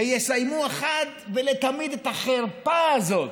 ויסיימו אחת ולתמיד את החרפה הזאת